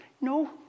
No